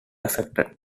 affected